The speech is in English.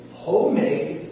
homemade